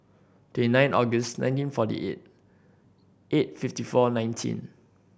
twenty nine August nineteen forty eight eight fifteen four nineteen